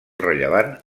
rellevant